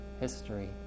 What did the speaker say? history